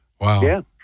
Wow